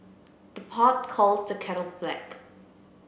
the pot calls the kettle black